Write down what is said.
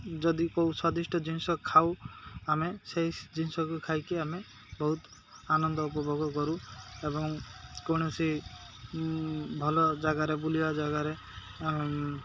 ଯଦି କେଉଁ ସ୍ଵାଦିଷ୍ଟ ଜିନିଷ ଖାଉ ଆମେ ସେହି ଜିନିଷକୁ ଖାଇକି ଆମେ ବହୁତ ଆନନ୍ଦ ଉପଭୋଗ କରୁ ଏବଂ କୌଣସି ଭଲ ଜାଗାରେ ବୁଲିବା ଜାଗାରେ